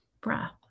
breath